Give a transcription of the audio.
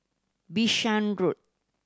Bishan Road